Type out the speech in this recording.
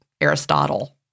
Aristotle